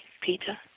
Peter